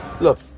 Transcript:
look